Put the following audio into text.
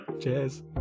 Cheers